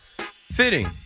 fitting